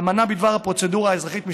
האמנה בדבר הפרוצדורה האזרחית,